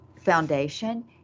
Foundation